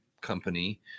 company